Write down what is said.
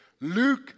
Luke